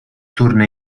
torna